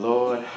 Lord